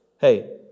hey